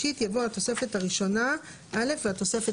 במקום "התוספת השלישית" יבוא "התוספת הראשונה א' והתוספת